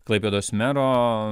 klaipėdos mero